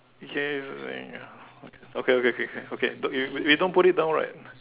ya ya okay okay K K okay don't we don't put it down right